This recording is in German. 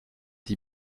die